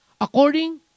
according